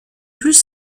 plus